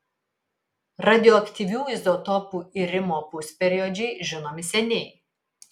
radioaktyvių izotopų irimo pusperiodžiai žinomi seniai